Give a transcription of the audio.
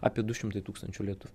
apie du šimtai tūkstančių lietuvių